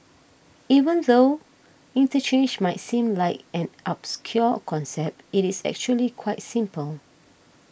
even though interchange might seem like an obscure concept it is actually quite simple